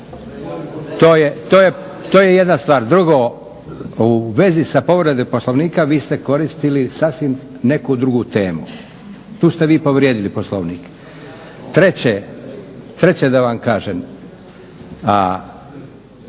To je jedna stvar. Drugo, u vezi sa povrede Poslovnika vi ste koristili sasvim neku drugu temu, tu ste vi povrijedili Poslovnik. Treće, treće da vam kažem.